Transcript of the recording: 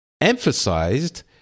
emphasized